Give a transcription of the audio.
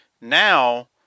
now